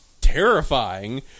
terrifying